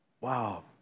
Wow